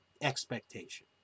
expectation